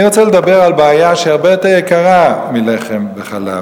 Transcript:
אני רוצה לדבר על בעיה שהיא הרבה יותר יקרה מלחם וחלב,